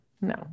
no